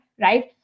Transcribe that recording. right